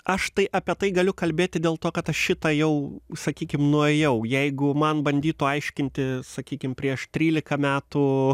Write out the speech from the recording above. aš tai apie tai galiu kalbėti dėl to kad aš šitą jau sakykim nuėjau jeigu man bandytų aiškinti sakykim prieš trylika metų